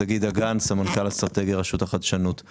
שגיא דגן סמנכ"ל אסטרטגיה רשות החדשנות,